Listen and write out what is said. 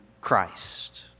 Christ